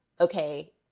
okay